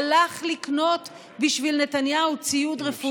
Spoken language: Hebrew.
הלך לקנות בשביל נתניהו ציוד רפואי בעולם?